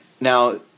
now